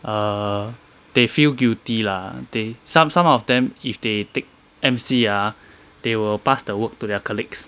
err they feel guilty lah they some some of them if they take M_C ah they will pass the work to their colleagues